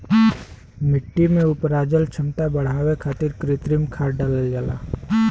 मट्टी के उपराजल क्षमता के बढ़ावे खातिर कृत्रिम खाद डालल जाला